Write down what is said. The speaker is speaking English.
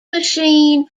machine